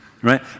right